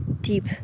deep